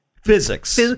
physics